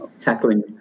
tackling